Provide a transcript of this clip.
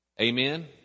Amen